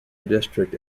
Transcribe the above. district